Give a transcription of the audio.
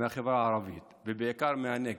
מהחברה הערבית, ובעיקר מהנגב.